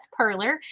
Perler